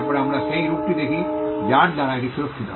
তারপরে আমরা সেই রূপটি দেখি যার দ্বারা এটি সুরক্ষিত